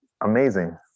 amazing